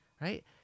Right